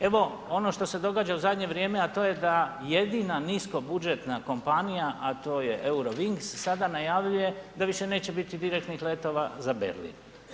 Evo ono što se događa u zadnje vrijeme a to je da jedina nisko budžetna kompanija a to je Euro wings sada najavljuje da više neće biti direktnih letova za Berlin.